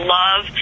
love